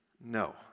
no